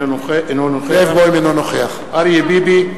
אינו נוכח אריה ביבי,